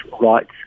rights